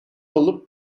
olup